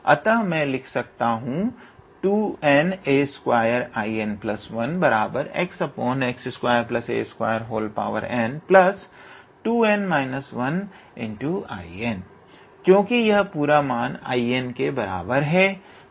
अतः में लिख सकता हूं 2na2In1xx2a2nIn क्योंकि यह पूरा मान 𝐼𝑛 के बराबर है